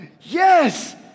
Yes